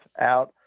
out